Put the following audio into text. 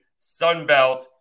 sunbelt